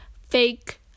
fake